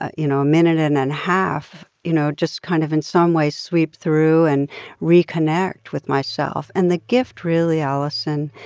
you know, a minute and and half, you know, just kind of in some way sweep through and reconnect with myself and the gift, really, allison,